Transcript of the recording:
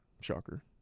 Shocker